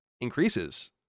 increases